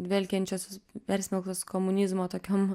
dvelkiančios persmelktos komunizmo tokiom